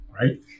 right